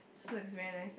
looks like very nice eh